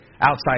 outside